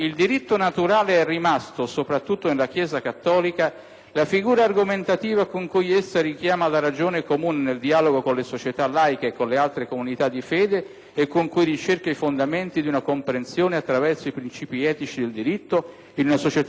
la figura argomentativa con cui essa richiama alla ragione comune nel dialogo con le società laiche e con le altre comunità di fede e con cui ricerca i fondamenti di una comprensione attraverso i principi etici del diritto in una società laica e pluralista. Ma questo strumento» - attenzione